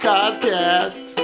Coscast